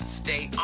stay